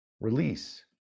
release